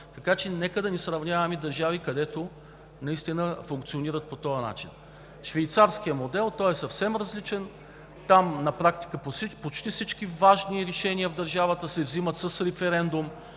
партиите. Нека да не сравняваме държави, където наистина функционират по този начин. Швейцарският модел е съвсем различен. Там на практика почти всички важни решения в държавата се взимат с референдум,